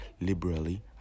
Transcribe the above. liberally